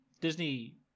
Disney